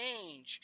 change